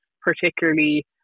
particularly